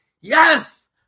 yes